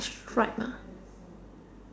stripe ah